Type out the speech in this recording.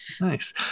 Nice